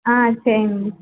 చేయండి